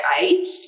aged